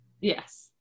Yes